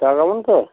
सागवान की